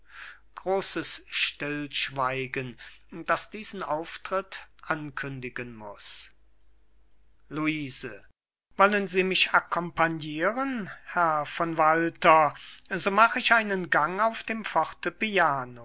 großes stillschweigen das diesen auftritt ankündigen muß luise wollen sie mich accompagnieren herr von walter so mach ich einen gang auf dem